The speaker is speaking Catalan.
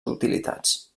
utilitats